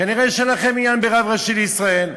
כנראה אין לכם עניין ברב ראשי לישראל,